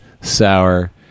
sour